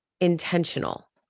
intentional